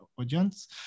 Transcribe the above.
audience